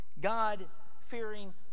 God-fearing